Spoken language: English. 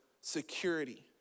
security